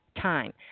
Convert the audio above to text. time